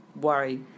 worry